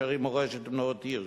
"שרים מורשת עם נורית הירש",